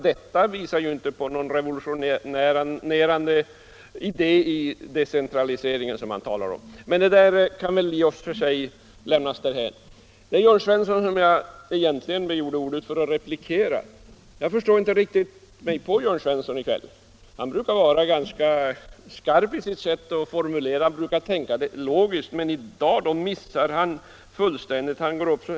Det är alltså ingen revolutionerande decentraliseringsidé, som herr Sjönell talar om. Jag begärde egentligen ordet för att replikera herr Svensson i Malmö. Jag förstår mig inte riktigt på honom i kväll. Han brukar vara rätt skarp i sin formuleringskonst, och han brukar vara rätt logisk. Men i dag är han det inte alls.